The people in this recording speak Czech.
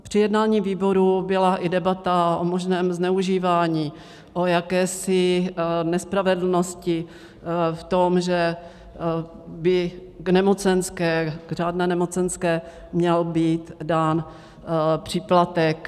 Při jednání výboru byla i debata o možném zneužívání, o jakési nespravedlnosti v tom, že by k nemocenské, k řádné nemocenské, měl být dán příplatek.